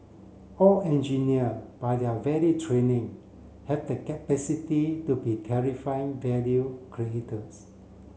all engineer by their very training have the capacity to be terrifying value creators